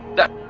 that,